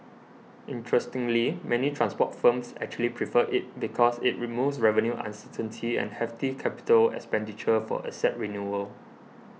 interestingly many transport firms actually prefer it because it removes revenue uncertainty and hefty capital expenditure for asset renewal